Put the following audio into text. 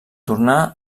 tornar